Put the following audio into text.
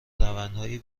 روندهایی